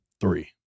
three